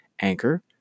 Anchor